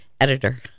editor